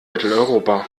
mitteleuropa